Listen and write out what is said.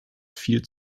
viel